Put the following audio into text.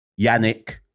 Yannick